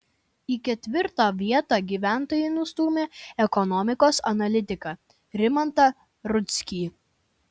į ketvirtą vietą gyventojai nustūmė ekonomikos analitiką rimantą rudzkį